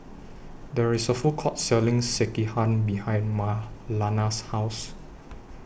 There IS A Food Court Selling Sekihan behind Marlana's House